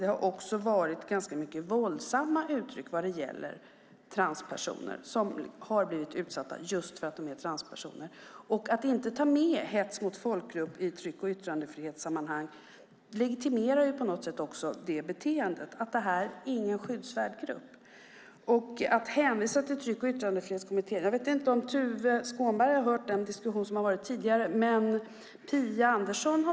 Det har varit ganska många våldsamma uttryck när det gäller transpersoner som har blivit utsatta just för att de är transpersoner. Att inte ta med hets mot folkgrupp i tryck och yttrandefrihetssammanhang legitimerar beteendet - det här är ingen skyddsvärd grupp. Jag vet inte om Tuve Skånberg har hört den tidigare diskussionen.